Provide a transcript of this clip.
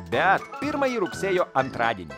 bet pirmąjį rugsėjo antradienį